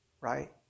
right